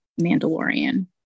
Mandalorian